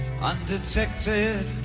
Undetected